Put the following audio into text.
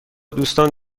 دوستان